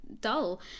dull